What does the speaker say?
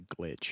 glitch